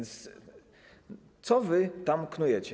Co wy tam knujecie?